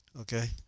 Okay